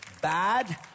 Bad